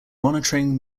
monitoring